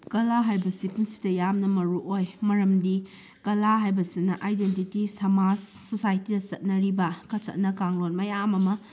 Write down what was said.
ꯀꯂꯥ ꯍꯥꯏꯕꯁꯤ ꯄꯨꯟꯁꯤꯗ ꯌꯥꯝꯅ ꯃꯔꯨ ꯑꯣꯏ ꯃꯔꯝꯗꯤ ꯀꯂꯥ ꯍꯥꯏꯕꯁꯤꯅ ꯑꯥꯏꯗꯦꯟꯇꯤꯇꯤ ꯁꯃꯥꯖ ꯁꯣꯁꯥꯏꯇꯤꯗ ꯆꯠꯅꯔꯤꯕ ꯆꯠꯅ ꯀꯥꯡꯂꯣꯟ ꯃꯌꯥꯝ ꯑꯃ